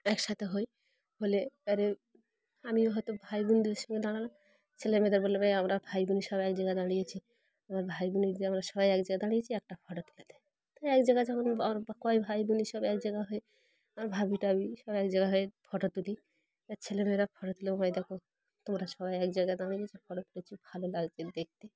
একসাথে হই হলে আরে আমিও হয়তো ভাই বোনদেরদের সঙ্গে দাঁড়ালাম ছেলেমেয়েদের বললে আমরা ভাই বোন সব এক জায়গায় দাঁড়িয়েছি আমার ভাই বোনদের আমরা সবাই এক জায়গায় দাঁড়িয়েছি একটা ফটো তোলাতে তাই এক জায়গায় যখন কয় ভাই বোনে সব এক জায়গা হয় আমার ভাবি টাবি সব এক জায়গায় হয়ে ফটো তুলি আর ছেলেমেয়েদের ফটো তুলে মা এই দেখো তোমরা সবাই এক জায়গায় দাঁড়িয়েছো ফটো তুলেছি ভালো লাগছে দেখতে